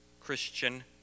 Christian